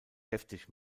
heftig